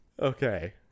Okay